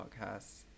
podcast